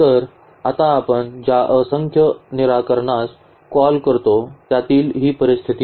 तर आता आपण ज्या असंख्य निराकरणास कॉल करतो त्यातील ही परिस्थिती आहे